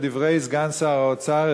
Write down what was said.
לדברי סגן שר האוצר,